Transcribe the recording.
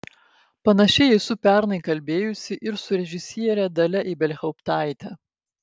panašiai esu pernai kalbėjusi ir su režisiere dalia ibelhauptaite